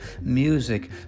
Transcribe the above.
music